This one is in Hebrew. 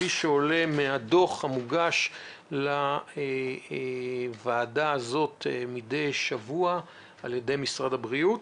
כפי שעולה מהדוח המוגש לוועדה הזאת מידי שבוע על ידי משרד הבריאות.